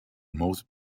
most